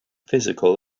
physical